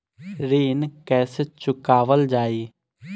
ऋण कैसे चुकावल जाई?